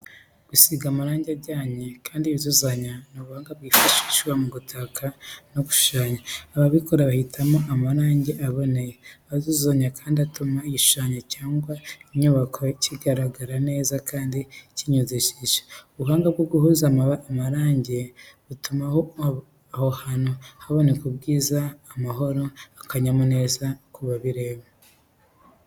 Gusiga amarangi ajyanye kandi yuzuzanya ni ubuhanga bwifashishwa mu gutaka no gushushanya. Ababikora bahitamo amabara aboneye, ayuzuzanya kandi atuma igishushanyo cyangwa icyumba kigaragara neza kandi kinyura ijisho. Ubuhanga bwo guhuza amarangi butuma aho hantu haboneka ubwiza, amahoro n’akanyamuneza ku babireba.